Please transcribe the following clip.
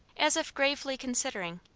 as if gravely considering.